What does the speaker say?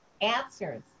answers